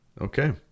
Okay